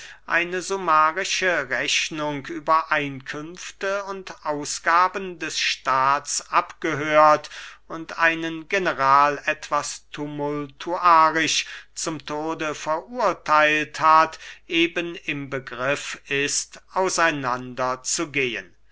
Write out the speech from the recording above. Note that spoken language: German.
eine summarische rechnung über einkünfte und ausgaben des staats abgehört und einen general etwas tumultuarisch zum tode verurtheilt hat eben im begriff ist auseinander zu gehen